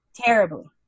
Terribly